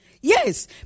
Yes